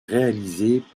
réalisées